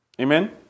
Amen